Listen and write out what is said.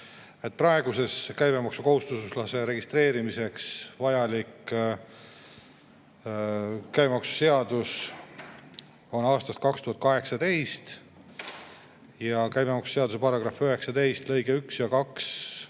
Praegune käibemaksukohustuslase registreerimiseks vajalik käibemaksuseadus on aastast 2018. Käibemaksuseaduse § 19 lõiget 1 ja 2